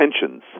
tensions